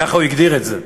ככה הוא הגדיר את זה.